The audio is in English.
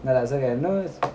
no lah it's okay no